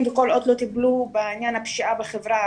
כל עוד לא טיפלו בעניין הפשיעה בחברה הערבית.